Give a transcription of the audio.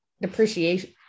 depreciation